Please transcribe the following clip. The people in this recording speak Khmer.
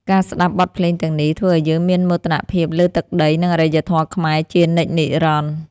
ការស្ដាប់បទភ្លេងទាំងនេះ ធ្វើឱ្យយើងមានមោទនភាពលើទឹកដី និងអរិយធម៌ខ្មែរជានិច្ចនិរន្តរ៍។